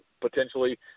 potentially